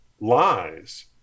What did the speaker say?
lies